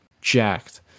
jacked